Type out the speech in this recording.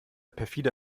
perfide